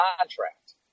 contract